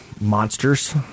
monsters